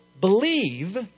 believe